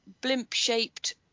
blimp-shaped